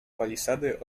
palisady